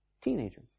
teenager